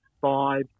five